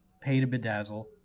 pay-to-bedazzle